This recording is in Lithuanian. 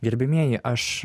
gerbiamieji aš